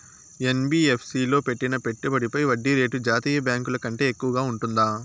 NBFC లో పెట్టిన పెట్టుబడి పై వడ్డీ రేటు జాతీయ బ్యాంకు ల కంటే ఎక్కువగా ఉంటుందా?